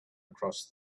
across